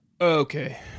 Okay